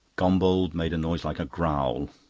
gombauld made a noise like a growl.